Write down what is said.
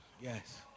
Yes